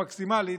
המקסימלית.